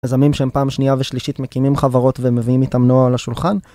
מיזמים שהם פעם שנייה ושלישית מקימים חברות ומביאים איתם נוער לשולחן.